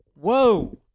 whoa